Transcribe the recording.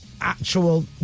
actual